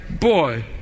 boy